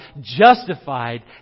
justified